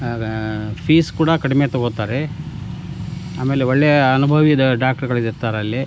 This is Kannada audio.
ಆಗ ಫೀಸ್ ಕೂಡ ಕಡಿಮೆ ತಗೋತಾರೆ ಆಮೇಲೆ ಒಳ್ಳೆಯ ಅನುಭವಿ ಡಾಕ್ಟರ್ಗಳು ಇರ್ತಾರಲ್ಲಿ